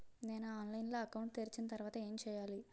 నేను ఆన్లైన్ లో అకౌంట్ తెరిచిన తర్వాత ఏం చేయాలి?